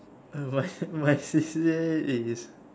why why she says is